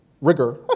rigor